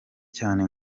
cyane